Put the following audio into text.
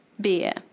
beer